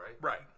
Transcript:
right